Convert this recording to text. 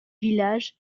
village